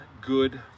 good